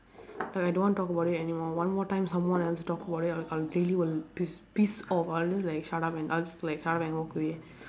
like I don't want to talk about it anymore one more time someone else talk about it I'll I'll really will piss piss off I'll just like shut up and I'll just like shut up and walk away